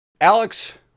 Alex